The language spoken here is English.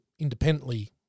independently